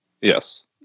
yes